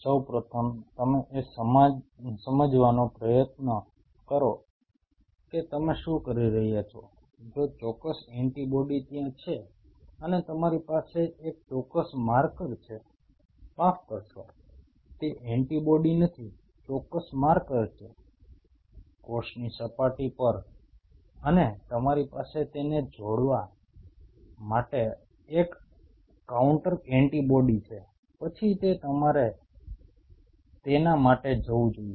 સૌ પ્રથમ તમે એ સમજવાનો પ્રયત્ન કરો કે તમે શું કરી રહ્યા છો જો ચોક્કસ એન્ટિબોડી ત્યાં છે અને તમારી પાસે એક ચોક્કસ માર્કર છે માફ કરશો તે એન્ટિબોડી નથી ચોક્કસ માર્કર છે કોષની સપાટી પર અને તમારી પાસે તેને જોડવા માટે એક કાઉન્ટર એન્ટિબોડી છે પછી જ તમારે તેના માટે જવું જોઈએ